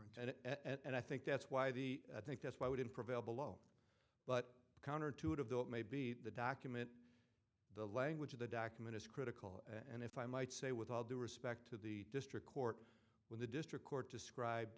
at and i think that's why the i think that's why wouldn't prevail below but counterintuitive though it may be the document the language of the document is critical and if i might say with all due respect to the district court when the district court described